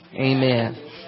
Amen